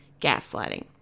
gaslighting